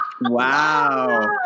Wow